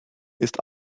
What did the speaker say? ist